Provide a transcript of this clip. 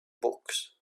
books